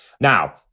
Now